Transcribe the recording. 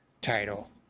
title